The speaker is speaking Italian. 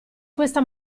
questa